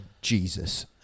Jesus